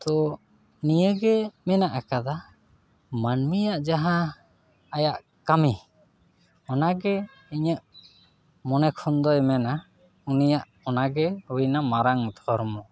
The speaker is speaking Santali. ᱛᱚ ᱱᱤᱭᱟᱹ ᱜᱮ ᱢᱮᱱᱟᱜ ᱟᱠᱟᱫᱟ ᱢᱟᱹᱱᱢᱤᱭᱟᱜ ᱡᱟᱦᱟᱸ ᱟᱭᱟᱜ ᱠᱟᱹᱢᱤ ᱚᱱᱟ ᱜᱮ ᱤᱧᱟᱹᱜ ᱢᱚᱱᱮ ᱠᱷᱚᱱ ᱫᱚᱭ ᱢᱮᱱᱟ ᱩᱱᱤᱭᱟᱜ ᱚᱱᱟ ᱜᱮ ᱦᱩᱭᱮᱱᱟ ᱢᱟᱨᱟᱝ ᱫᱷᱚᱨᱢᱚ